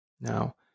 Now